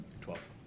Twelve